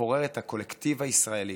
לפורר את הקולקטיב הישראלי.